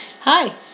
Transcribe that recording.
Hi